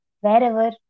wherever